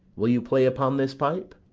will you play upon this pipe?